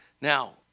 Now